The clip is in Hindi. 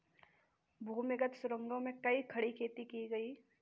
भूमिगत सुरंगों में भी खड़ी खेती की गई